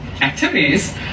activities